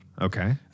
Okay